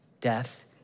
death